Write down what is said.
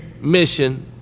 mission